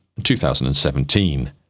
2017